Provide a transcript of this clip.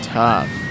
tough